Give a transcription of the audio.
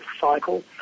cycle